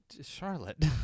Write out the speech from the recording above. Charlotte